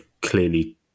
clearly